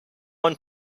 one